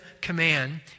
command